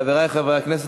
חברי חברי הכנסת,